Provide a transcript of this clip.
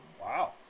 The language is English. Wow